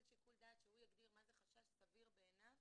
שיקול דעת שהוא יפעיל מה זה "חשש סביר" בעיניו,